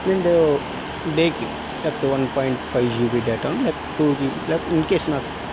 నండు డేకి లేకపోతే one point five GB data లేకపోతే టూ జీబీ లేకపోతే ఇన్కేస్ నాకు